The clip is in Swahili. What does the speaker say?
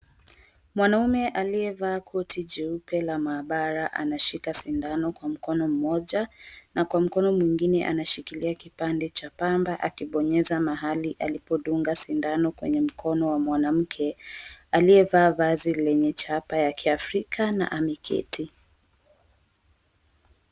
Mwanamme aliyevaa koti jeupe la maabara anashika sindano kwa mkono mmoja, na kwa mkono mwingine anashikilia kipande cha pamba, akibonyeza mahali alipodunga sindano kwenye mkono wa mwanamke aliyevaa vazi lenye chapa ya Kiafrika na ameketi.